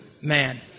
Man